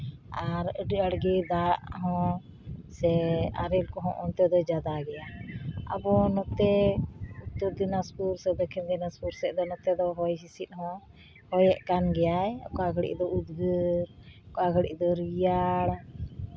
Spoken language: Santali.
ᱟᱨ ᱟᱹᱰᱤ ᱟᱸᱴᱜᱮ ᱫᱟᱜ ᱦᱚᱸ ᱥᱮ ᱟᱨᱮᱞ ᱠᱚᱦᱚᱸ ᱚᱱᱛᱮ ᱫᱚ ᱡᱟᱫᱟ ᱜᱮᱭᱟ ᱟᱵᱚ ᱱᱚᱛᱮ ᱩᱛᱛᱚᱨ ᱫᱤᱱᱟᱡᱽᱯᱩᱨ ᱥᱮ ᱫᱚᱠᱠᱷᱤᱱ ᱫᱤᱱᱟᱡᱽᱯᱩᱨ ᱥᱮᱫ ᱫᱚ ᱱᱚᱛᱮ ᱫᱚ ᱦᱚᱭ ᱦᱤᱸᱥᱤᱫ ᱦᱚᱸ ᱦᱚᱭᱮᱜ ᱠᱟᱱ ᱜᱮᱭᱟᱭ ᱚᱠᱟ ᱜᱷᱟᱹᱲᱤᱡ ᱫᱚ ᱩᱫᱽᱜᱟᱹᱨ ᱚᱠᱟ ᱜᱷᱟᱹᱲᱤᱡ ᱫᱚ ᱨᱮᱭᱟᱲ